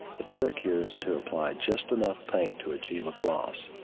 the trick here is to apply just enough paint to achieve a gloss.